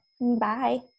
Bye